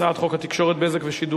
ההצעה להעביר את הצעת חוק התקשורת (בזק ושידורים)